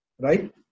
right